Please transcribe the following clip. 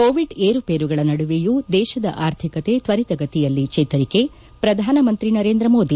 Covid ಏರುಪೇರುಗಳ ನಡುವೆಯೂ ದೇಶದ ಆರ್ಥಿಕತೆ ತ್ವರಿತಗತಿಯಲ್ಲಿ ಚೇತರಿಕೆ ಪ್ರಧಾನಮಂತ್ರಿ ನರೇಂದ್ರಮೋದಿ